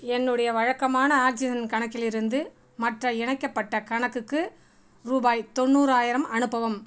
என்னுடைய வழக்கமான ஆக்ஸிஜன் கணக்கிலிருந்து மற்ற இணைக்கப்பட்ட கணக்குக்கு ரூபாய் தொண்ணூறாயிரம் அனுப்பவும்